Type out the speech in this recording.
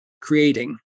creating